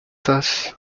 thus